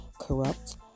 corrupt